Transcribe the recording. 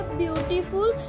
beautiful